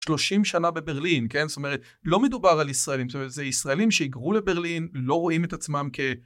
30 שנה בברלין כן זאת אומרת לא מדובר על ישראלים זאת אומרת ישראלים שהיגרו לברלין לא רואים את עצמם כ